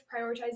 prioritize